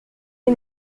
est